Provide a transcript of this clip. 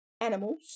animals